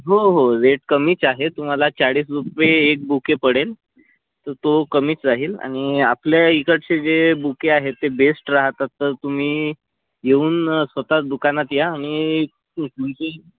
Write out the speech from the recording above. हो हो रेट कमीच आहेत तुम्हाला चाळीस रुपे एक बुके पडेल तो कमीच राहील आणि आपल्या इकडचे जे बुके आहेत ते बेस्ट राहतात तर तुम्ही येऊन स्वत च दुकानात या आणि